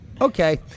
Okay